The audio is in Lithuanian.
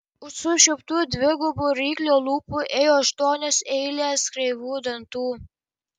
už sučiauptų dvigubų ryklio lūpų ėjo aštuonios eilės kreivų dantų